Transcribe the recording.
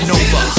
Nova